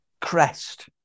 Crest